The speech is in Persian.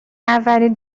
اولین